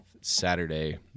Saturday